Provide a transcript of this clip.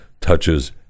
touches